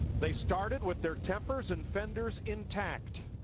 they started with their tempers and fenders intact.